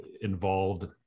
involved